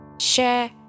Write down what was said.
share